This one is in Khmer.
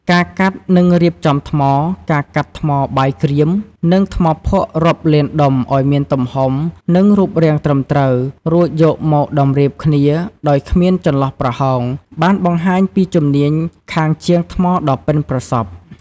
ការកាត់ និងរៀបចំថ្ម ការកាត់ថ្មបាយក្រៀម និងថ្មភក់រាប់លានដុំឱ្យមានទំហំ និងរូបរាងត្រឹមត្រូវ រួចយកមកតម្រៀបគ្នាដោយគ្មានចន្លោះប្រហោង បានបង្ហាញពីជំនាញខាងជាងថ្មដ៏ប៉ិនប្រសប់។